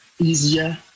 easier